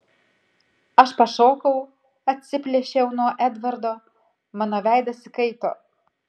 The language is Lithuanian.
aš pašokau atsiplėšiau nuo edvardo mano veidas įkaito